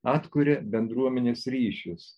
atkuria bendruomenės ryšius